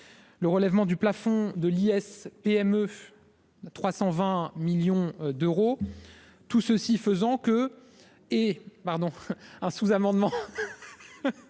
Le relèvement du plafond de liesse PME 320 millions d'euros, tout ceci faisant que et pardon un sous-amendement